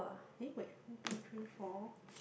eh wait one two three four